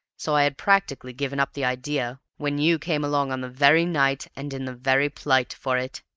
so i had practically given up the idea, when you came along on the very night and in the very plight for it!